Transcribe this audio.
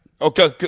Okay